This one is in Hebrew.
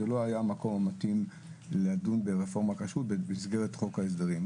זה לא היה המקום המתאים לדון ברפורמת הכשרות במסגרת חוק ההסדרים.